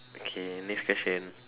okay next question